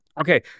Okay